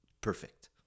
perfect